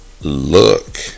look